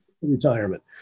retirement